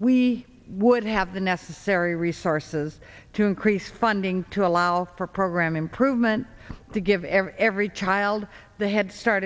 we wouldn't have the necessary resources to increase funding to allow for program improvement to give every child the headstart